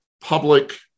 public